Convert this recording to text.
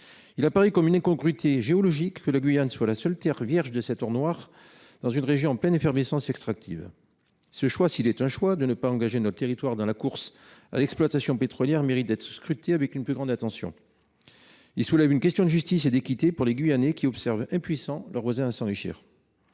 Il apparaît comme une incongruité géologique que la Guyane soit la seule terre vierge de cet or noir dans une région en pleine effervescence extractive. Ce choix – si c’en est un – de ne pas engager notre territoire dans la course à l’exploitation pétrolière mérite d’être scruté avec la plus grande attention. Il soulève une question de justice et d’équité pour les Guyanais, qui observent, impuissants, leurs voisins s’enrichir.